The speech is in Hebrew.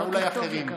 אולי אחרים.